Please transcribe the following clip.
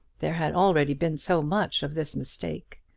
there had already been so much of this mistake,